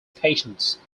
patients